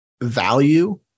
value